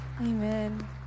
Amen